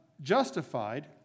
justified